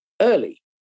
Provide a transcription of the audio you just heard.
early